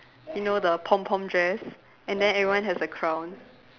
you know the pom pom dress and then everyone has a crown